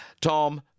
Tom